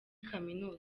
kaminuza